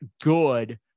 good